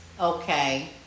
Okay